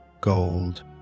gold